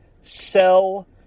sell